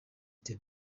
the